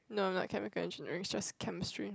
no I'm not chemical engineering it's just chemistry